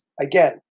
again